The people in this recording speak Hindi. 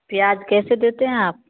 प्याज कैसे देते हैं आप